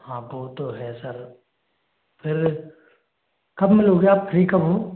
हाँ वो तो है सर फिर कब मिलोगे आप फ्री कब हो